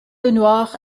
lenoir